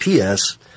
PS